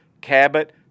Cabot